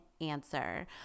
answer